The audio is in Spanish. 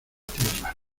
tierra